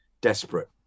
desperate